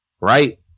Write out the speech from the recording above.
Right